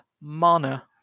Mana